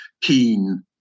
keen